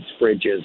bridges